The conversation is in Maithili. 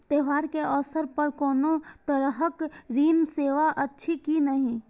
त्योहार के अवसर पर कोनो तरहक ऋण सेवा अछि कि नहिं?